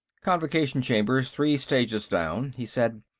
convocation chamber's three stages down, he said.